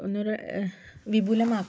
ഒന്നൂടെ വിപുലമാക്ക